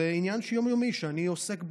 זה עניין יום-יומי שאני עוסק בו.